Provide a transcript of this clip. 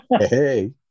Hey